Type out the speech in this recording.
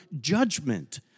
judgment